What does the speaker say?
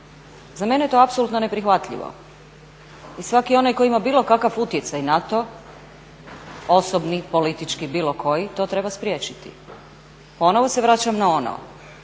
za mene je to apsolutno neprihvatljivo. I svaki onaj tko ima bilo kakav utjecaj na to, osobni, politički, bilo koji to treba spriječiti. Ponovo se vraćam na ono,